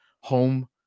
home